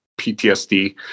PTSD